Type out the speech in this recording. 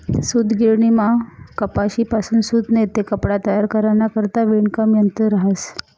सूतगिरणीमा कपाशीपासून सूत नैते कपडा तयार कराना करता विणकाम यंत्र रहास